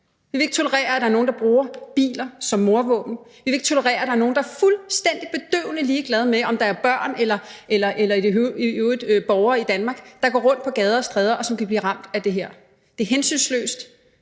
Vi vil ikke tolerere, at der er nogle, der bruger biler som mordvåben; vi vil ikke tolerere, at der er nogle, der er fuldstændig bedøvende ligeglade med, om der er børn eller i det hele taget borgere i Danmark, der går rundt på gader og stræder, og som kan blive ramt af det her. Det er hensynsløst,